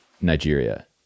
Nigeria